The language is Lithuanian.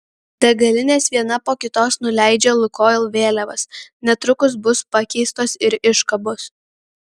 degalinės viena po kitos nuleidžia lukoil vėliavas netrukus bus pakeistos ir iškabos